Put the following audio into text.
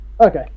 Okay